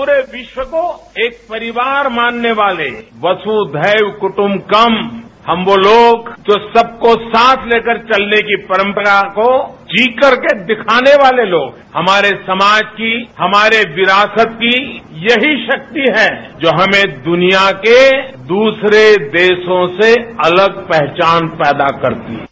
पूरे विश्व को एक परिवार मानने वाले वसुधैव कुट्बकम हम वो लोग जो सबको साथ लेकर चलने की परंगरा को जी करके दिखाने वाले लोग हमारे समाज की हमारे विरासत की यही राक्ति है जो हमें दुनिया के दूसरे देशों से अलग पहचान पैदा करती है